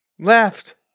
Left